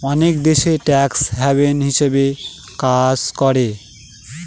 অনেক দেশ tax haven হিসাবে কাজ করে